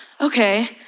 okay